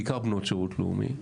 בעיקר בנות שירות לאומי,